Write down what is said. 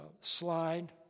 Slide